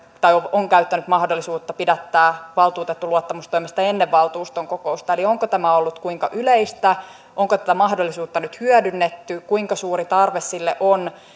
on käyttänyt mahdollisuutta pidättää valtuutettu luottamustoimesta ennen valtuuston kokousta onko tämä ollut kuinka yleistä onko tätä mahdollisuutta nyt hyödynnetty kuinka suuri tarve sille on